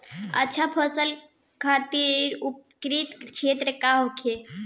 अच्छा फसल खातिर उपयुक्त क्षेत्र का होखे?